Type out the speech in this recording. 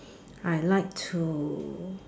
I like to